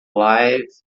life